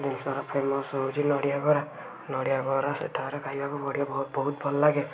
ଜିନିଷର ଫେମସ ହଉଛି ନଡ଼ିଆ କୋରା ନଡ଼ିଆ କୋରା ସେଠାରେ ଖାଇବାକୁ ବଢ଼ିଆ ବହୁତ ବହୁତ ଭଲ ଲାଗେ